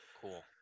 Cool